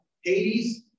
Hades